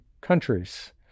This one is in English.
countries